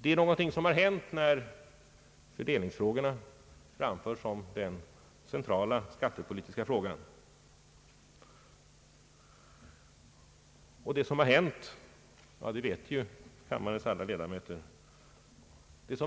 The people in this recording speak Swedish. Det är någonting som har hänt när fördelningsfrågorna framförs som det centrala skattepolitiska problemet också av folkpartiet. Vad som har hänt vet ju kammarens ledamöter. Det är